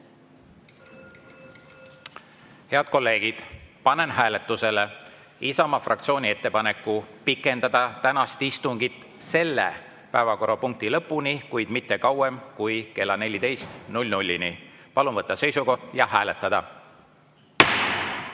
kolleegid, panen hääletusele Isamaa fraktsiooni ettepaneku pikendada tänast istungit selle päevakorrapunkti lõpuni, kuid mitte kauem kui kella 14-ni. Palun võtta seisukoht ja hääletada!